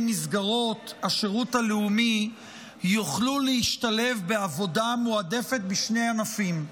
מסגרות השירות הלאומי יוכלו להשתלב בעבודה מועדפת בשני ענפים: